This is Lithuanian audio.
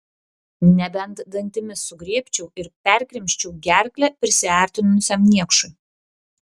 nebent dantimis sugriebčiau ir perkrimsčiau gerklę prisiartinusiam niekšui